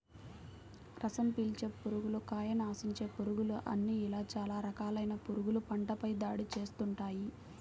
రసం పీల్చే పురుగులు, కాయను ఆశించే పురుగులు అని ఇలా చాలా రకాలైన పురుగులు పంటపై దాడి చేస్తుంటాయి